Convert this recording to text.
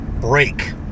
break